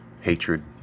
hatred